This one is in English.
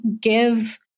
give